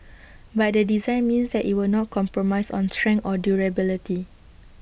but the design means that IT will not compromise on strength or durability